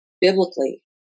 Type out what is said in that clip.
biblically